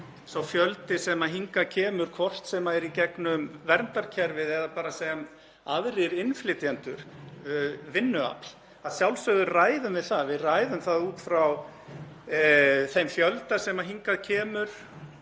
sá fjöldi sem hingað kemur, hvort sem er í gegnum verndarkerfið eða sem aðrir innflytjendur, vinnuafl. Að sjálfsögðu ræðum við það. Við ræðum það út frá þeim fjölda sem hingað kemur,